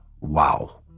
wow